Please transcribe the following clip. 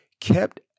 kept